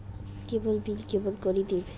কেবল bill কেমন করি দিম?